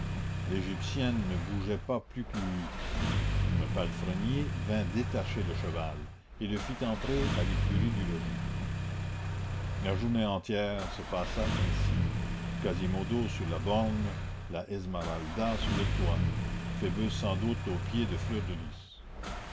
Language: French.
l'égyptienne ne bougeait pas plus que lui un palefrenier vint détacher le cheval et le fit entrer à l'écurie du logis la journée entière se passa ainsi quasimodo sur la borne la esmeralda sur le toit phoebus sans doute aux pieds de fleur de lys